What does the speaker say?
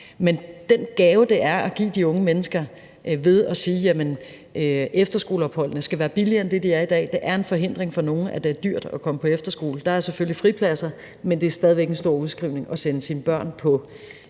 er en gave, man giver de unge mennesker, når man siger, at efterskoleopholdene skal være billigere, end de er i dag. Det er en forhindring for nogle, at det er dyrt at komme på efterskole. Der er selvfølgelig fripladser, men det er stadig væk en stor udskrivning at sende sine børn på